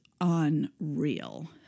unreal